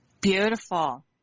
Beautiful